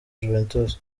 juventus